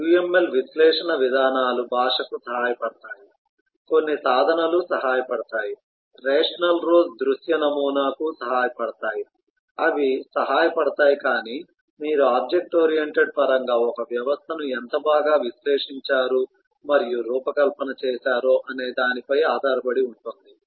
UML విశ్లేషణ విధానాలు భాషకు సహాయపడతాయి కొన్ని సాధనాలు సహాయపడతాయి రేషనల్ రోజ్ దృశ్య నమూనాకు సహాయపడతాయి అవి సహాయపడతాయి కాని మీరు ఆబ్జెక్ట్ ఓరియెంటెడ్ పరంగా ఒక వ్యవస్థను ఎంత బాగా విశ్లేషించారు మరియు రూపకల్పన చేసారో అనే దానిపై ఆధారపడి ఉంటుంది